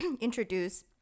introduce